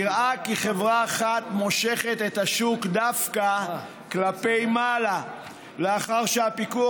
נראה כי חברה אחת מושכת את השוק דווקא כלפי מעלה לאחר שהפיקוח